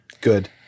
Good